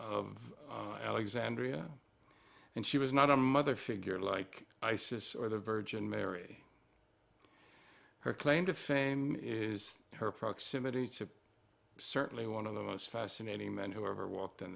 of alexandria and she was not a mother figure like isis or the virgin mary her claim to fame is her proximity to certainly one of the most fascinating men who ever walked on